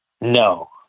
No